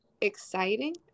exciting